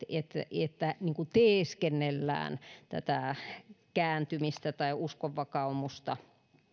että teeskennellään tätä kääntymistä tai uskonvakaumusta